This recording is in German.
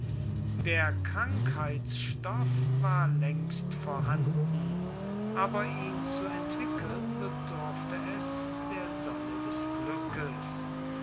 der krankheitsstoff war längst vorhanden aber ihn zu entwickeln bedurfte es der sonne des glückes